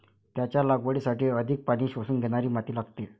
त्याच्या लागवडीसाठी अधिक पाणी शोषून घेणारी माती लागते